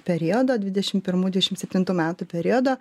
periodo dvidešimt pirmų dvidešimt septintų metų periodo